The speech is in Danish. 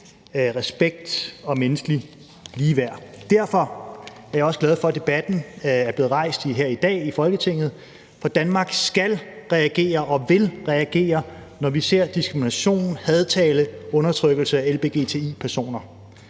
respekt og menneskelig ligeværd. Derfor er jeg også glad for, at debatten er blevet rejst her i Folketinget i dag, for Danmark skal reagere og vil reagere, når vi ser diskrimination, hadtale og undertrykkelse af lgbti-personer.